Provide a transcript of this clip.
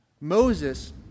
Moses